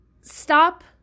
stop